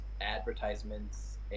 advertisements